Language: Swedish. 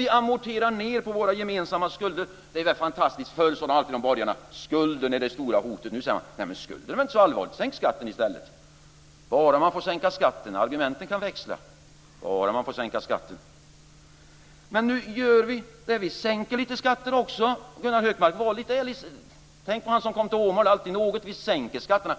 Vi amorterar på våra gemensamma skulder. Det är rätt fantastiskt. Förr sade borgarna alltid: Skulden är det stora hotet. Nu säger de: Skulden är inte så allvarlig; sänk skatten i stället. Argumenten kan växla, bara man får sänka skatten. Nu gör vi det. Vi sänker lite skatter också, Gunnar Hökmark. Var ärlig! Tänk på mannen som kom till Åmål och sade "alltid något". Vi sänker skatterna.